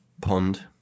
pond